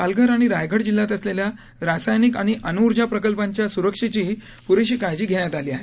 पालघर आणि रायगड जिल्ह्यात असलेल्या रासायनिक आणि अणुऊर्जा प्रकल्पांच्या सुरक्षेचीही पुरेशी काळजी घेण्यात आलेली आहे